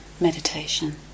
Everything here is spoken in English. meditation